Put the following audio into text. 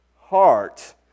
heart